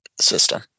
system